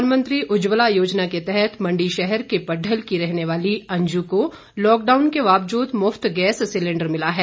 प्रधानमंत्री उज्जवला योजना के तहत मंडी शहर के पड़डल की रहने वाली अंजू को लॉकडाउन के बावजूद मुफ्त गैस सिलेंडर मिला है